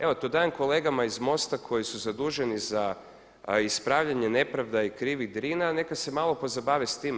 Evo to dajem kolegama iz MOST-a koji su zaduženi za ispravljanje nepravda i krivih Drina, neka se malo pozabave s time.